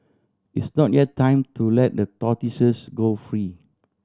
it's not yet time to let the tortoises go free